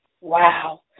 Wow